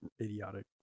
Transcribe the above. idiotic